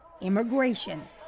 immigration